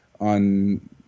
on